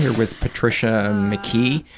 with patricia mckee,